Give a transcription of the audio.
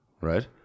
Right